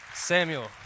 Samuel